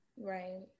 Right